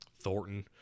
Thornton